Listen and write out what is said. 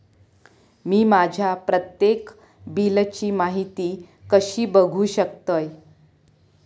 मी माझ्या प्रत्येक बिलची माहिती कशी बघू शकतय?